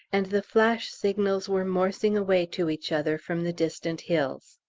and the flash signals were morsing away to each other from the different hills.